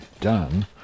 done